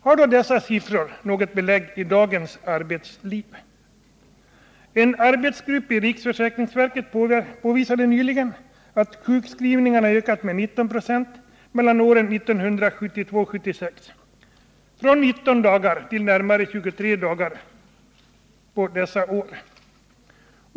Kan vi då se belägg för dessa siffror i dagens arbetsliv? En arbetsgrupp inom riksförsäkringsverket påvisade nyligen att sjukskrivningarna ökat med 19 926 mellan åren 1972 och 1976, från 19 dagar till närmare 23 dagar.